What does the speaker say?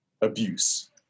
abuse